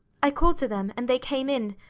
i called to them, and they came in,